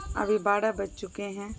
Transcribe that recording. ابھی بارہ بج چکے ہیں